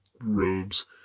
robes